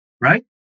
right